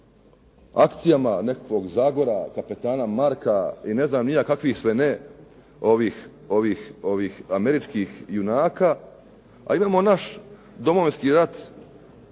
nekakvog Zagora, kapetana Marka i ne znam ni ja kakvih sve ne američkih junaka. A imamo naš Domovinski rat,